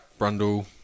Brundle